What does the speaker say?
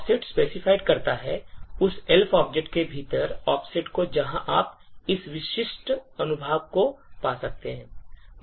offset specified करता है उस Elf object के भीतर ऑफसेट को जहां आप इस विशिष्ट अनुभाग को पा सकते हैं